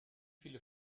viele